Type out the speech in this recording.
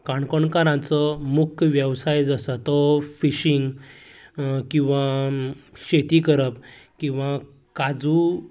काणकोणकारांचो मुख्य वेवसाय जो आसा तो फिशिंग किंवां शेती करप किंवां काजू